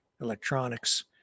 electronics